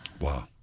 Wow